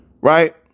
Right